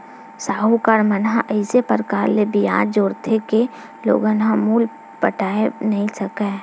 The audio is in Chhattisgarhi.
साहूकार मन ह अइसे परकार ले बियाज जोरथे के लोगन ह मूल ल पटाए नइ सकय